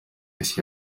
isi